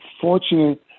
fortunate